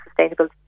sustainability